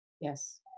Yes